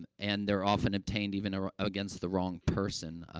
and and they're often obtained, even, against the wrong person, ah,